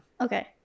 Okay